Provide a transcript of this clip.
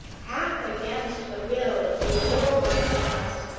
half against the will of the older ones of us,